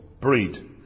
breed